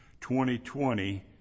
2020